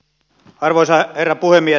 arvoisa herra puhemies